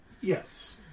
Yes